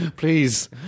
Please